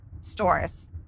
stores